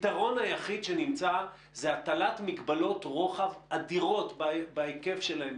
הפתרון היחיד שנמצא זה הטלת מגבלות רוחב אדירות בהיקף שלהם,